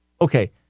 okay